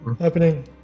happening